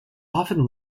often